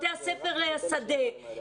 בתי ספר שדה,